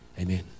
Amen